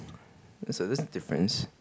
there's a there's a difference